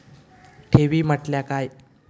ठेवी म्हटल्या काय?